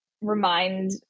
remind